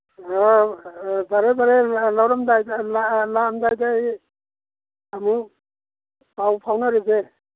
ꯑ ꯐꯔꯦ ꯐꯔꯦ ꯂꯥꯛꯑꯝꯗꯥꯏꯗ ꯑꯩ ꯑꯃꯨꯛ ꯄꯥꯎ ꯐꯥꯎꯔꯁꯦ